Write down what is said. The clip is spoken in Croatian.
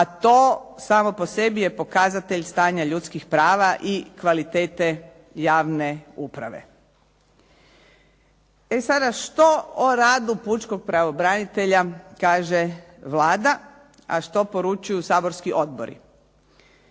A to je samo po sebi pokazatelj stanja ljudskih prava i kvalitete javne uprave. E sada, što o radu pučkog pravobranitelja kaže Vlada, a što poručuju saborski odbori?